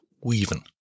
weaving